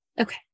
Okay